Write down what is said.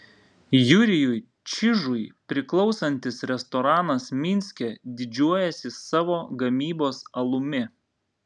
jurijui čižui priklausantis restoranas minske didžiuojasi savo gamybos alumi